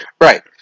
right